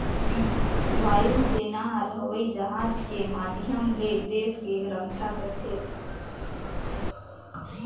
वायु सेना हर हवई जहाज के माधियम ले देस के रम्छा करथे